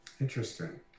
interesting